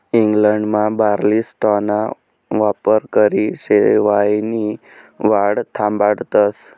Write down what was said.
इंग्लंडमा बार्ली स्ट्राॅना वापरकरी शेवायनी वाढ थांबाडतस